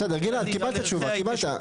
בסדר גלעד, קיבלת תשובה, קיבלת.